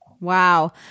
Wow